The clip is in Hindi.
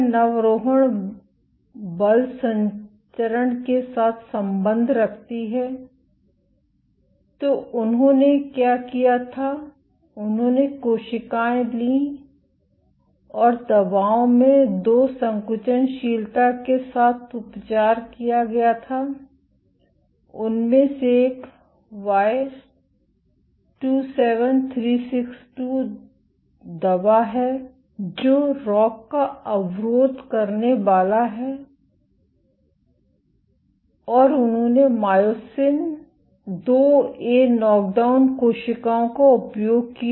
क्या नवरोहण बल संचरण के साथ संबंध रखती है तो उन्होंने क्या किया था उन्होंने कोशिकाएं लीं और दवाओं में 2 संकुचनशीलता के साथ उपचार किया गया था उनमें से एक Y27362 दवा है जो रॉक का अवरोध करनेवाला है और उन्होंने मायोसिन IIA नॉकडाउन कोशिकाओं का उपयोग किया